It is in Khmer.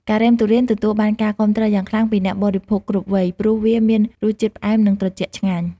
ការ៉េមទុរេន ទទួលបានការគាំទ្រយ៉ាងខ្លាំងពីអ្នកបរិភោគគ្រប់វ័យ ព្រោះវាមានរសជាតិផ្អែមនិងត្រជាក់ឆ្ងាញ់។